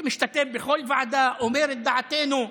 שמשתתף בכל ועדה, ואומר את דעתנו הברורה,